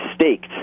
staked